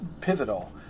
pivotal